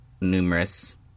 numerous